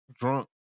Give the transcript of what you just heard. drunk